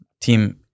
team